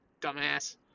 Dumbass